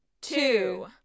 two